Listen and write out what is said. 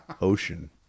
Ocean